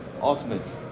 Ultimate